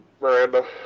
Miranda